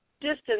distance